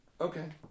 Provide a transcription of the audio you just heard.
Okay